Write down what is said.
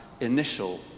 initial